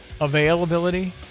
availability